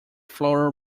floral